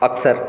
अक्सर